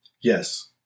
Yes